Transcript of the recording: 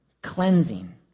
Cleansing